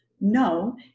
No